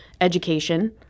education